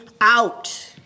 out